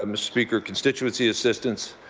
um speaker, constituency assistants,